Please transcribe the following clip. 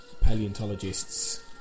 paleontologists